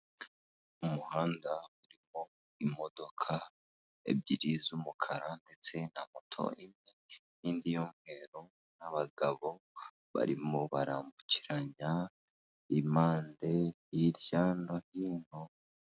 Umuhanda urimo imodoka ebyiri z'umukara ndetse na moto imwe n'indi y'umweru n'abagabo barimo barambukiranya impande hirya no hino.